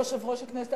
יושב-ראש הכנסת,